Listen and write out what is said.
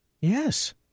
Yes